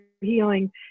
healing